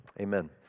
amen